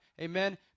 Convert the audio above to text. Amen